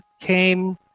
came